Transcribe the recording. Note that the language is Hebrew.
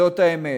זאת האמת.